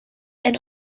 and